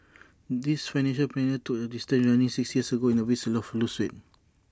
this financial planner took up distance running six years ago in A to lose weight